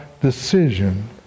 decision